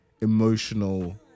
emotional